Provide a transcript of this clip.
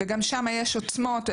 וגם שם יש עוצמות.